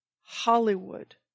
Hollywood